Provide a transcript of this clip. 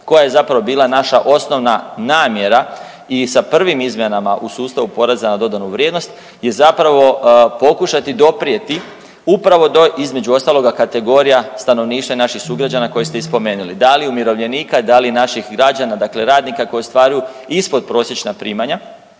Koja je zapravo bila naša osnovna namjera i sa prvim izmjenama u sustavu poreza na dodanu vrijednost i zapravo pokušati doprijeti upravo do između ostaloga kategorija stanovništva i naših sugrađana koje ste i spomenuli da li umirovljenika, da li naših građana, dakle radnika koji ostvaruju ispod prosječna primanja